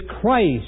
Christ